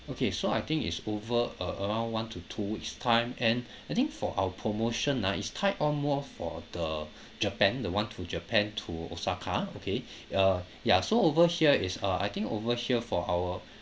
okay so I think it's over uh around one to two weeks time and I think for our promotion ah it's tied on more for the japan the one to japan to osaka okay uh ya so over here is uh I think over here for our